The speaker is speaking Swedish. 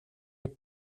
upp